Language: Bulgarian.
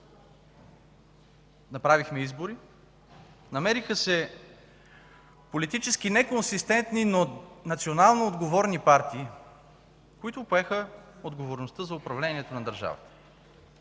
Направихме избори. Намериха се политически неконсистентни, но национално отговорни партии, които поеха отговорността за управлението на държавата,